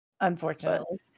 Unfortunately